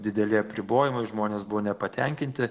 dideli apribojimai žmonės buvo nepatenkinti